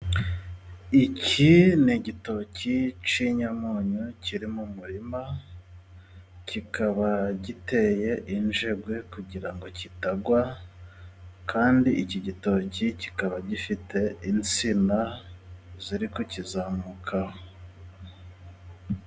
Iki ni igitoki cy'inyamunyu kiri mu murima, kikaba giteye injegwe kugira ngo kitagwa, kandi iki gitoki kikaba gifite insina ziri kukizamukaho.